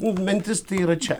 mentis tai yra čia